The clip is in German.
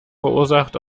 verursacht